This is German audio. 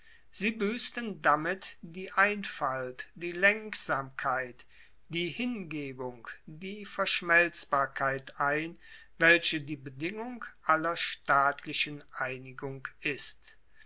sie buessten damit die einfalt die lenksamkeit die hingebung die verschmelzbarkeit ein welche die bedingung aller staatlichen einigung ist